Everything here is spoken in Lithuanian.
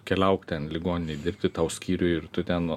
keliauk ten ligoninėj dirbti tau skyriuj ir tu ten